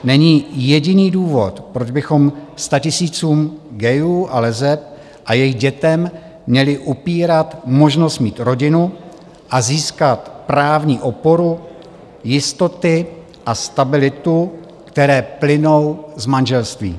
Není jediný důvod, proč bychom statisícům gayů a leseb a jejich dětem měli upírat možnost mít rodinu a získat právní oporu jistoty a stabilitu, které plynou z manželství.